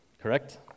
correct